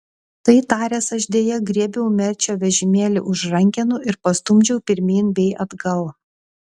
tai taręs aš deja griebiau mečio vežimėlį už rankenų ir pastumdžiau pirmyn bei atgal